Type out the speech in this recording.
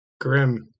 grim